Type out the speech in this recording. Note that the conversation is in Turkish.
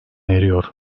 eriyor